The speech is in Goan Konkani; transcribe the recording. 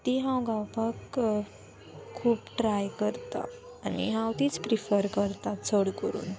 ती हांव गावपाक खूब ट्राय करतां आनी हांव तीच प्रिफर करतां चड करून